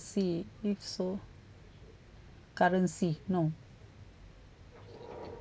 crypto currency no